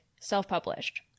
self-published